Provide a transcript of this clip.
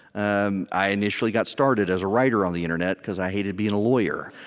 um i initially got started as a writer on the internet because i hated being a lawyer.